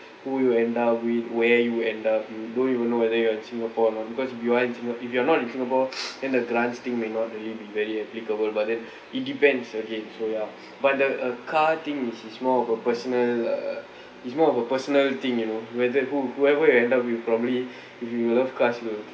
who you end up with where you end up you don't even know whether you're in singapore or not because you aren't in if you are not in singapore then the grants thing may not really be very applicable but then it depends okay so ya but the a car thing is is more of a personal uh it's more of a personal thing you know whether who whoever you end up with probably if you love cars you'll